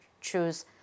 choose